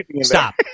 Stop